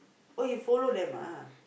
oh you follow them ah